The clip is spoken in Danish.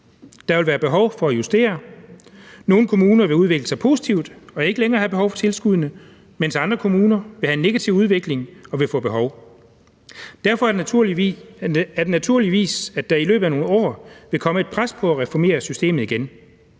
Der vil være behov for at justere, nogle kommuner vil udvikle sig positivt og ikke længere have behov for tilskuddene, mens andre kommuner kan have en negativ udvikling og vil få behov for det. Derfor vil der naturligvis i løbet af nogle år komme et pres på at reformere systemet igen,